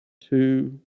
two